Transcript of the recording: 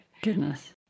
Goodness